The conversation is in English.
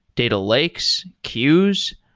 data lakes, queues.